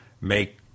make